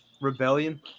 Rebellion